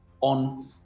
on